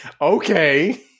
Okay